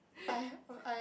I oh I